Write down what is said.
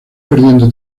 perdiendo